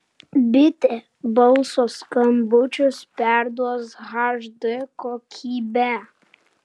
bitė balso skambučius perduos hd kokybe